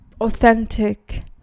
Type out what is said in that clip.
authentic